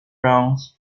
bronx